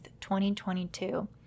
2022